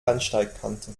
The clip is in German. bahnsteigkante